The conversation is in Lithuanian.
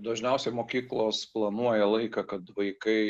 dažniausiai mokyklos planuoja laiką kad vaikai